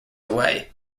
away